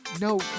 No